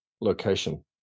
location